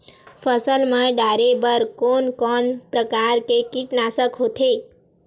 फसल मा डारेबर कोन कौन प्रकार के कीटनाशक होथे?